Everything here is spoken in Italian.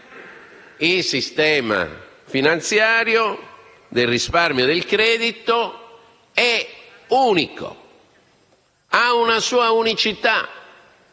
il sistema finanziario del risparmio e del credito è unico, ha una sua unicità;